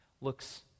looks